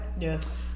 Yes